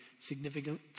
significant